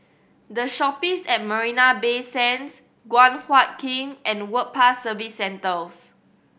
The Shoppes at Marina Bay Sands Guan Huat Kiln and Work Pass Service Centres